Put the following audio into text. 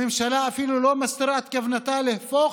הממשלה אפילו לא מסתירה את כוונתה להפוך